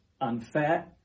unfair